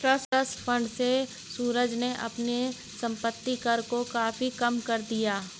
trust fund से सूरज ने अपने संपत्ति कर को काफी कम कर दिया